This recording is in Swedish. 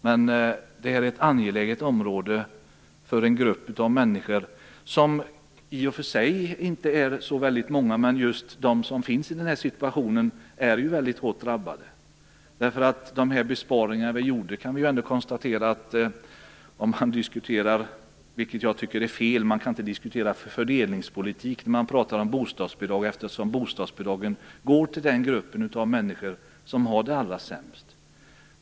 Men det är ett angeläget område för en grupp av människor som i och för sig inte är så stor, men de människor som befinner sig i denna situation är mycket hårt drabbade. Jag tycker inte att man kan diskutera fördelningspolitik när man talar om bostadsbidrag, eftersom bostadsbidragen går till den grupp människor som har det allra sämst.